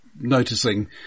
noticing